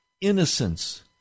innocence